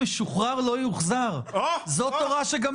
ואני חושב שממשלה שרוצה להכין תקציב שבאמת יצליח לכלול